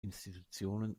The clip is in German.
institutionen